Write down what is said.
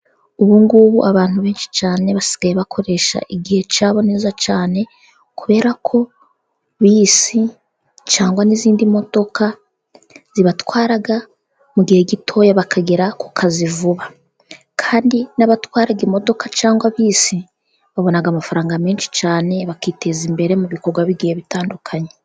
Ubungubu abantu benshi cyane basigaye bakoresha igihe cyabo neza cyane, kubera ko bisi cyangwa n'izindi modoka zibatwara mu gihe gitoya, bakagera ku kazi vuba, kandi n'abatwara imodoka cyangwa bisi babona amafaranga menshi cyane, bakiteza imbere mu bikorwa bigiye bitandukanye.